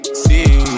see